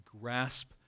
grasp